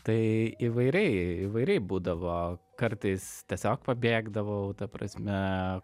tai įvairiai įvairiai būdavo kartais tiesiog pabėgdavau ta prasme